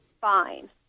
fine